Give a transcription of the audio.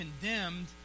condemned